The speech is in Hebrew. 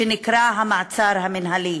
שנקרא המעצר המינהלי.